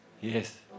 Yes